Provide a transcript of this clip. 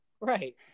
right